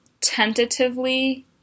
tentatively